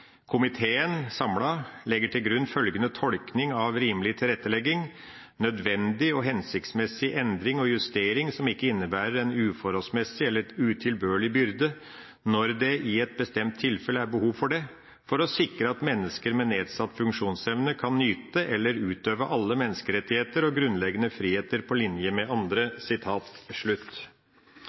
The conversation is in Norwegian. Komiteen legger til grunn følgende tolkning av rimelig tilrettelegging: nødvendig og hensiktsmessig endring og justering som ikke innebærer en uforholdsmessig eller utilbørlig byrde, når det i et bestemt tilfelle er behov for det, for å sikre at mennesker med nedsatt funksjonsevne kan nyte eller utøve alle menneskerettigheter og grunnleggende friheter på linje med andre».